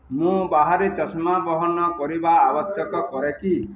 ମୁଁ ବାହାରେ ଚଷମା ବହନ କରିବା ଆବଶ୍ୟକ କରେ କି